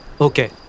Okay